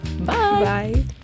Bye